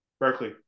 Berkeley